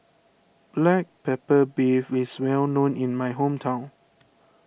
Black Pepper Beef is well known in my hometown